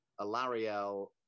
Alariel